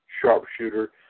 sharpshooter